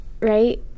right